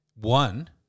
one